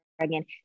Again